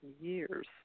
years